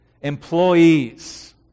Employees